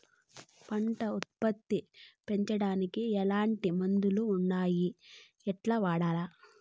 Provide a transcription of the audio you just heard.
పంట ఉత్పత్తి పెంచడానికి ఎట్లాంటి మందులు ఉండాయి ఎట్లా వాడల్ల?